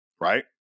right